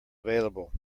available